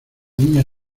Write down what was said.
niña